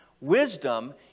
Wisdom